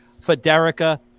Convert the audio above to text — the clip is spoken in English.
federica